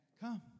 Come